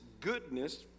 goodness